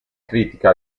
critica